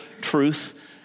truth